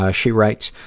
ah she writes,